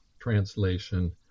translation